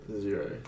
zero